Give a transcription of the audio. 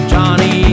Johnny